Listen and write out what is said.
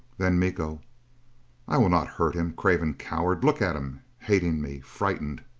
then miko i will not hurt him. craven coward! look at him! hating me frightened!